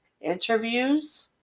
interviews